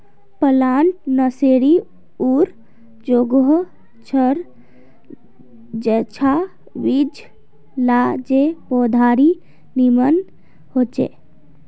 plant nursery उर जोगोह छर जेंछां बीज ला से पौधार निर्माण होछे